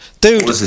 Dude